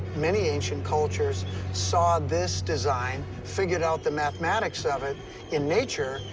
many ancient cultures saw this design, figured out the mathematics of it in nature,